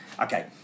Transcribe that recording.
okay